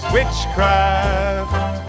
witchcraft